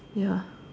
ya